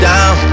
Down